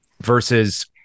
versus